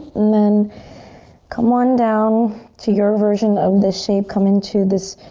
then come on down to your version of the shape. come into this